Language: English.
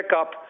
up